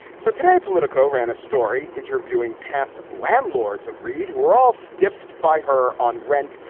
so tonight, politico ran a story interviewing past landlords of reid, who were all stiffed by her on rent.